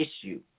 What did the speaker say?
issue